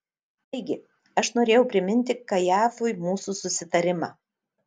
taigi aš norėjau priminti kajafui mūsų susitarimą